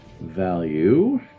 value